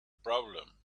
problem